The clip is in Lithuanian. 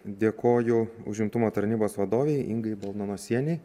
dėkoju užimtumo tarnybos vadovei ingai balnanosienei